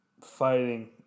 fighting